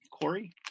Corey